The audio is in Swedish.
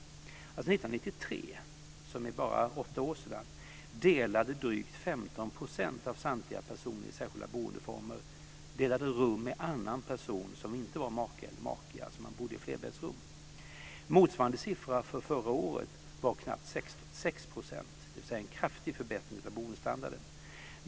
År 1993, för bara åtta år sedan, delade drygt 15 % av samtliga personer i särskilda boendeformer rum med annan person än maka eller make. Man bodde alltså i flerbäddsrum. en kraftig förbättring av boendestandarden.